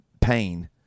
pain